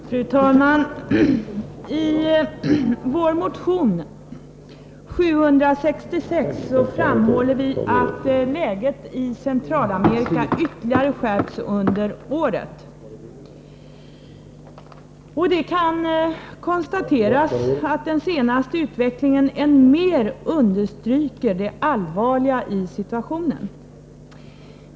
Fru talman! I vår motion 766 framhåller vi att läget i Centralamerika ytterligare skärpts under året. Det kan konstateras att den senaste utvecklingen än mer understryker det allvarliga i situationen.